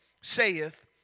saith